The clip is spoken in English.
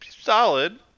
solid